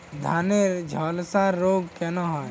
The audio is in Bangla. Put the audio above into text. ধানে ঝলসা রোগ কেন হয়?